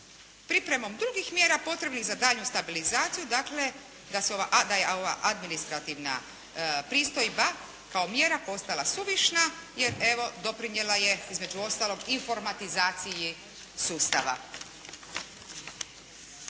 Pripremom drugih mjera potrebnih za daljnju stabilizaciju dakle, da je ova administrativna pristojba kao mjera postala suvišna jer evo, doprinijela je između ostalog informatizaciji sustava.